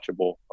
watchable